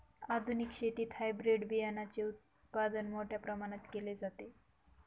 आधुनिक शेतीत हायब्रिड बियाणाचे उत्पादन मोठ्या प्रमाणात केले जाते